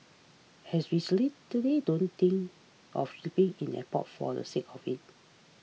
we don't think of sleeping in the airport for the sake of it